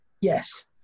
Yes